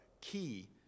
key